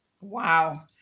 Wow